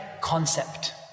concept